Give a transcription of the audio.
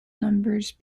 numbers